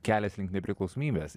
kelias link nepriklausomybės